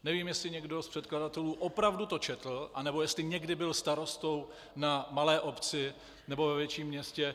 Nevím, jestli to někdo z předkladatelů opravdu četl, anebo jestli někdy byl starostou na malé obci nebo ve větším městě.